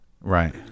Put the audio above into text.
Right